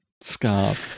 scarred